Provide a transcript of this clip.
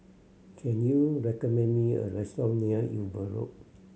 can you recommend me a restaurant near Eber Road